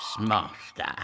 master